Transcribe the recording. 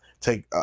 Take